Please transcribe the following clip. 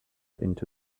into